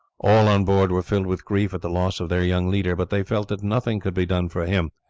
all on board were filled with grief at the loss of their young leader, but they felt that nothing could be done for him,